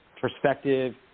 perspective